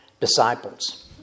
disciples